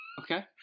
Okay